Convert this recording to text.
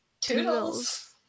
Toodles